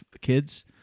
kids